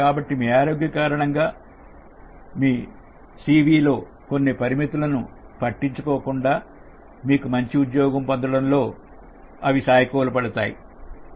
కాబట్టి మీ ఆరోగ్య కారణంగా మీ సి వి లోని కొన్ని పరిమితులను పట్టించుకోరు కాబట్టి ఇది మీకు మంచి ఉద్యోగం పొందడంలో సానుకూలంగా పనిచేస్తుంది